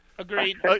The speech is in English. Agreed